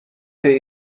für